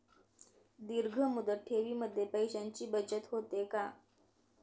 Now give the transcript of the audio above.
दीर्घ मुदत ठेवीमध्ये पैशांची बचत होते का?